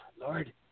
Lord